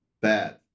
bad